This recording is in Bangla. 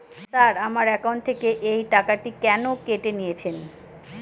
স্যার আমার একাউন্ট থেকে এই টাকাটি কেন কেটে নিয়েছেন?